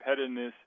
competitiveness